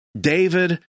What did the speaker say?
David